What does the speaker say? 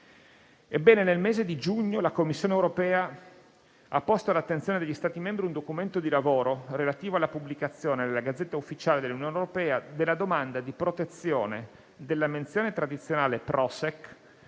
Nel mese di giugno la Commissione europea ha posto all'attenzione degli Stati membri un documento di lavoro relativo alla pubblicazione nella *Gazzetta Ufficiale* dell'Unione europea della domanda di protezione della menzione tradizionale Prošek